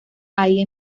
ahí